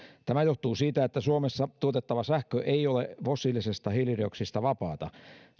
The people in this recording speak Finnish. tämä johtuu siitä että suomessa tuotettava sähkö ei ole fossiilisesta hiilidioksidista vapaata